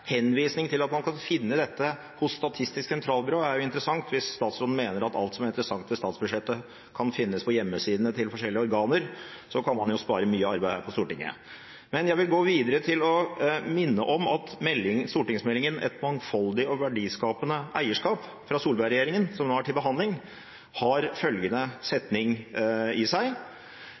til at man kan finne dette hos Statistisk sentralbyrå, er interessant. Hvis statsråden mener at alt som er interessant ved statsbudsjettet, kan finnes på hjemmesidene til forskjellige organer, kan man spare mye arbeid her på Stortinget. Jeg vil gå videre til å minne om at stortingsmeldingen Et mangfoldig og verdiskapende eierskap, fra Solberg-regjeringen, som nå er til behandling, har følgende setning i seg: